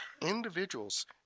individuals